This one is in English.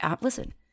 listen